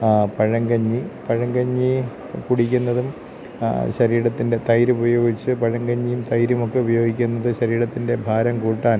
പഴങ്കഞ്ഞി പഴങ്കഞ്ഞി കുടിക്കുന്നതും ശരീരത്തിൻ്റെ തൈരുപയോഗിച്ച് പഴങ്കഞ്ഞിയും തൈരുമൊക്കെ ഉപയോഗിക്കുന്നത് ശരീരത്തിൻ്റെ ഭാരം കൂട്ടാൻ